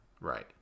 right